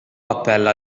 appella